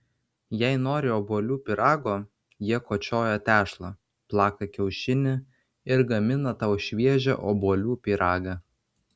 jei nori obuolių pyrago jie kočioja tešlą plaka kiaušinį ir gamina tau šviežią obuolių pyragą